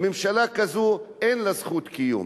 לכן, ממשלה כזאת, אין לה זכות קיום.